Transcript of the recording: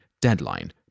deadline